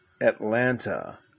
Atlanta